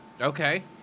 Okay